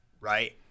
Right